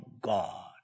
God